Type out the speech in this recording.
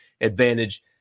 advantage